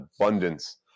abundance